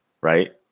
right